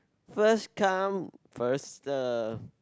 first come first serve